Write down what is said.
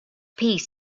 piece